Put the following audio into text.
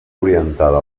orientada